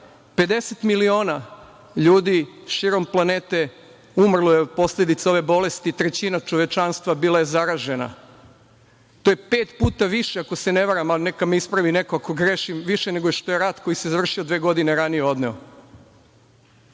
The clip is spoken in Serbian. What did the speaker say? miliona ljudi širom planete umrlo je od posledica ove bolesti, trećina čovečanstva bila je zaražena. To je pet puta više, ako se ne varam, a neka me ispravi neko ako grešim, više nego što je rat koji se završio dve godine ranije odneo. Šta